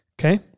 Okay